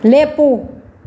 ꯂꯦꯞꯄꯨ